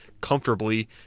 comfortably